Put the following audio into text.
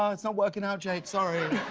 ah it's not working out, jake, sorry.